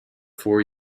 four